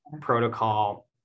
protocol